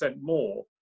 more